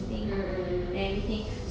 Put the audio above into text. mm mm mm